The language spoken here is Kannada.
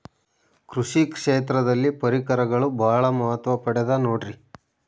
ಕೃಷಿ ಕ್ಷೇತ್ರದಲ್ಲಿ ಪರಿಕರಗಳು ಬಹಳ ಮಹತ್ವ ಪಡೆದ ನೋಡ್ರಿ?